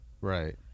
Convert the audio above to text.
Right